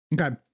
Okay